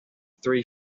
three